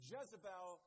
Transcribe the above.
Jezebel